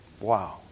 Wow